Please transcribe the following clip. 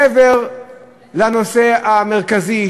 מעבר לנושא המרכזי,